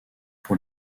pour